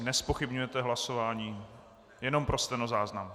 Nezpochybňujete hlasování, jenom pro stenozáznam.